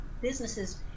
businesses